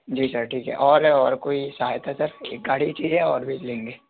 जी sir ठीक है और और कोई सहायता सर एक गाड़ी ही चाहिए और भी लेंगे